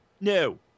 No